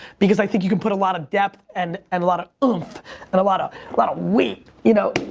because i think you can put a lot of depth and and a lot of oomph and a lot of lot of weight, you know,